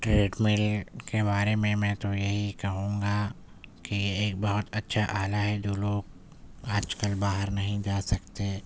trade مل کے بارے میں میں تو یہی کہوں گا کہ یہ ایک بہت اچھا آلہ ہے جو لوگ آج کل باہر نہیں جا سکتے